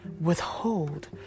withhold